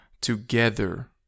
together